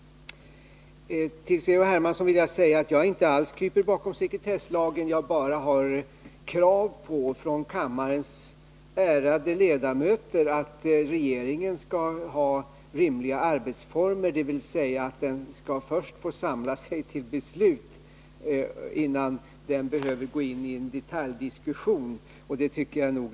Till C.-H. Hermansson vill jag säga att jag inte alls kryper bakom sekretesslagen. Det är bara så att jag har kravet på mig från kammarens ärade ledamöter att regeringen skall ha rimliga arbetsformer, dvs. att den skall få samla sig till beslut innan den behöver gå in i en detaljdiskussion.